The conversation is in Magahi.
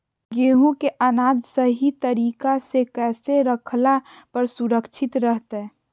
गेहूं के अनाज सही तरीका से कैसे रखला पर सुरक्षित रहतय?